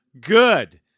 good